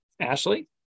Ashley